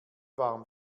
warm